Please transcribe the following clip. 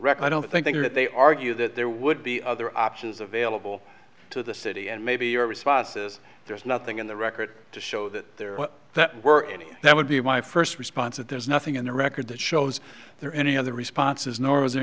record i don't think that they argue that there would be other options available to the city and maybe your responses there's nothing in the record to show that there are that were that would be my first response that there's nothing in the record that shows there are any other responses nor was there